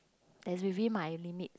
as within my limit